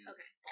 Okay